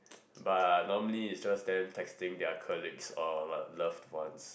but normally it's just them texting their colleagues and loved ones